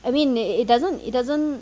I mean it it doesn't it doesn't